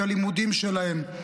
את הלימודים שלהם.